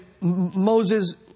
Moses